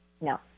No